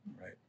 right